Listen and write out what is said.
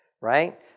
right